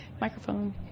Microphone